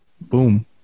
Boom